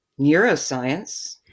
neuroscience